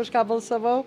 už ką balsavau